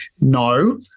no